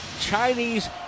Chinese